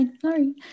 Sorry